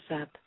up